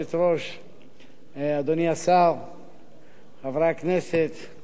חברי הכנסת, יושב-ראש הוועדה אמנון כהן,